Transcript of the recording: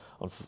on